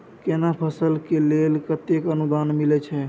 केना फसल के लेल केतेक अनुदान मिलै छै?